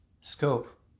scope